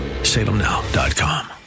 Salemnow.com